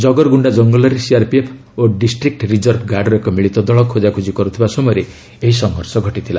ଜଗରଗୁଣ୍ଡା ଜଙ୍ଗଲରେ ସିଆର୍ପିଏଫ୍ ଓ district reserve ଗାର୍ଡ୍ର ଏକ ମିଳିତ ଦଳ ଖୋଜାଖୋଜି କରୁଥିବା ସମୟରେ ଏହି ସଂଘର୍ଷ ଘଟିଥିଲା